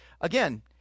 again